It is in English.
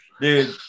Dude